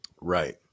Right